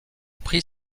prit